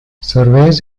surveys